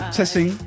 testing